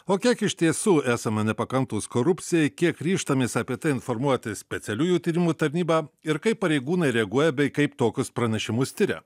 o kiek iš tiesų esame nepakantūs korupcijai kiek ryžtamės apie tai informuoti specialiųjų tyrimų tarnyba ir kaip pareigūnai reaguoja bei kaip tokius pranešimus tiria